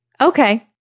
Okay